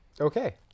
Okay